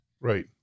Right